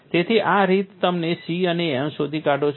તેથી આ રીતે તમે C અને m શોધી કાઢો છો